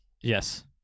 Yes